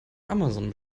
amazon